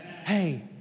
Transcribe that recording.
Hey